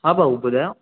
हा भाउ ॿुधायो